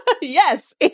yes